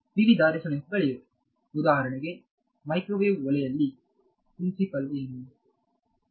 ವಿವಿಧ ರೆಸೊನೆನ್ಸ್ಗಳಿವೆ ಉದಾಹರಣೆಗೆ ಮೈಕ್ರೊವೇವ್ ಒಲೆಯಲ್ಲಿ ಪ್ರಿನ್ಸಿಪಲ್ ಏನು